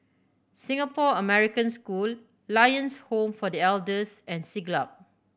Singapore American School Lions Home for The Elders and Siglap